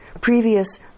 previous